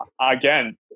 again